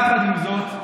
יחד עם זאת,